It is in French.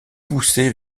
poussé